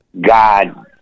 God